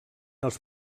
els